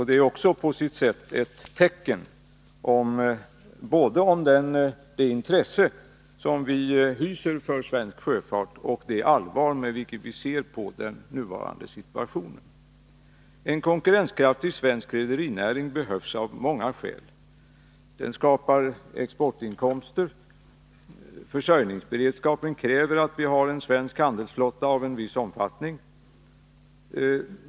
Det är också på sitt sätt ett tecken på både det intresse som vi hyser för svensk sjöfart och det allvar med vilket vi ser på den nuvarande situationen. En konkurrenskraftig svensk rederinäring behövs av många skäl. Den skapar exportinkomster. Försörjningsberedskapen kräver att vi har en svensk handelsflotta av en viss omfattning.